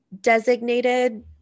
designated